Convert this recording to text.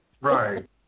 Right